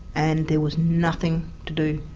and there was nothing to do.